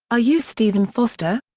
ah you stephen foster?